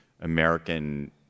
American